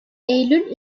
eylül